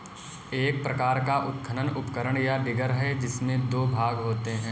एक प्रकार का उत्खनन उपकरण, या डिगर है, जिसमें दो भाग होते है